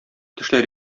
тешләр